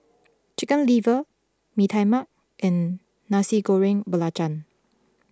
Chicken Liver Mee Tai Mak and Nasi Goreng Belacan